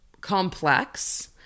complex